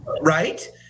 right